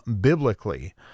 biblically